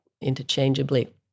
interchangeably